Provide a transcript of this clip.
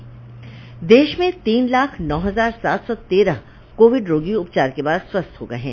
देश में तीन लाख नौ हजार सात सौ तेरह कोविड रोगी उपचार के बाद स्वस्थ हो गए हैं